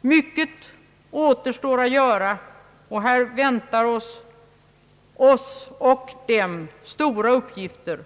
Mycket återstår att göra, och här väntar oss och dem stora uppgifter.